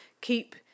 keep